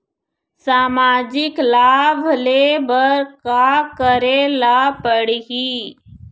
सामाजिक लाभ ले बर का करे ला पड़ही?